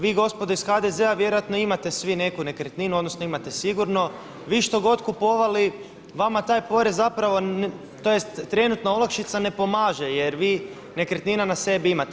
Vi gospodo iz HDZ-a vjerojatno imate svi neku nekretninu odnosno imate sigurno, vi što god kupovali vama taj porez zapravo tj. trenutna olakšica ne pomaže jer vi nekretnina na sebi imate.